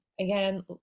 again